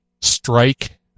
strike